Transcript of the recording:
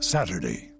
Saturday